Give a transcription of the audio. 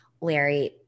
Larry